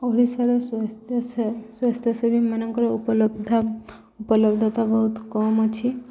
ଓଡ଼ିଶାର ସ୍ୱାସ୍ଥ୍ୟ ସ୍ୱାସ୍ଥ୍ୟସେବୀ ମାନଙ୍କର ଉପଲବ୍ଧ ଉପଲବ୍ଧତା ବହୁତ କମ୍ ଅଛି